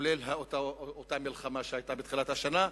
כולל אותה מלחמה שהיתה בתחילת השנה,